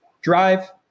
Drive